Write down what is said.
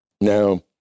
Now